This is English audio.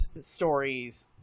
stories